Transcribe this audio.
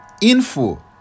info